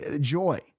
joy